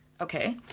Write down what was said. Okay